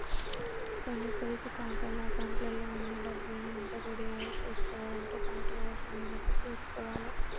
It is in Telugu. కొన్ని పొదుపు ఖాతాల అకౌంట్లలో ఉన్న డబ్బుల్ని ఎంత పెరిగాయో చుసుకోవడంతో పాటుగా అవసరమైనప్పుడు తీసుకోవాలే